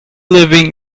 living